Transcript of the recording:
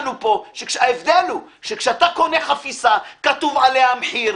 ההבדל הוא שכשאתה קונה חפיסה כתוב עליה המחיר,